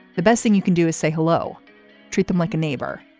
the best thing you can do is say hello treat them like a neighbor.